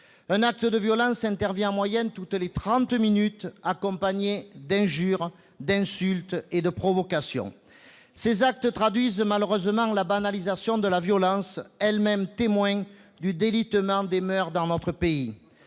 Un acte de violence intervient en moyenne toutes les 30 minutes, accompagné d'injures, d'insultes et de provocations. Ces actes traduisent la banalisation de la violence, elle-même témoin du délitement des moeurs dans notre pays.